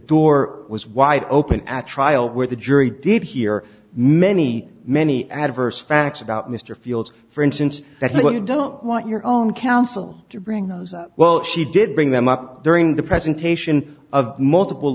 door was wide open at trial where the jury did hear many many adverse facts about mr field for instance that when you don't want your own counsel to bring those up well she did bring them up during the presentation of multiple